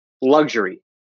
luxury